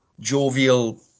jovial